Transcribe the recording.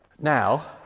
Now